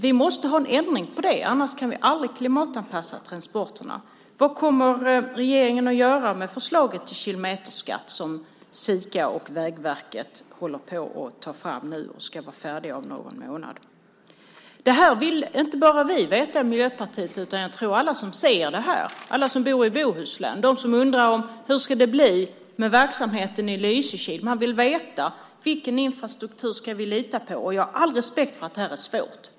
Det måste bli en ändring på det. Annars kan vi aldrig klimatanpassa transporterna. Vad kommer regeringen att göra med förslaget till kilometerskatt som Sika och Vägverket ska lägga fram om någon månad? Inte bara vi i Miljöpartiet vill veta detta utan det gäller alla som ser detta. Det är alla som bor i Bohuslän. Det finns de som undrar hur det ska bli med verksamheten i Lysekil. De vill veta vilken infrastruktur de ska lita på. Jag har all respekt för att detta är svårt.